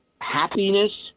happiness